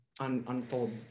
unfold